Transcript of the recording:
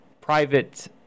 private